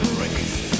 race